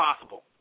possible